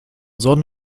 sonn